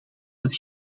het